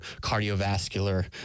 cardiovascular